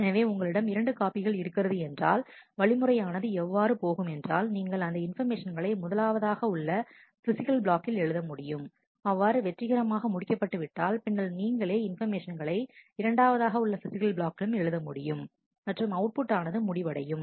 எனவே உங்களிடம் இரண்டு காப்பிகள் இருக்கிறது என்றால் வழிமுறையானது எவ்வாறு போகும் என்றால் நீங்கள் அந்த இன்பர்மேஷன்களை முதலாவதாக உள்ள பிசிகல் பிளாக்கில் எழுத முடியும் அவ்வாறு வெற்றிகரமாக முடிக்க பட்டு விட்டால் பின்னர் நீங்களே இன்பர்மேஷன் களை இரண்டாவதாக உள்ள பிசிகல் பிளாக்கிலும் எழுத முடியும் மற்றும் அவுட்புட் ஆனது முடிவடையும்